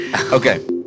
Okay